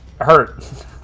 hurt